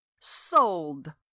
Sold